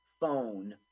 phone